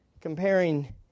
comparing